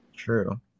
True